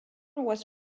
was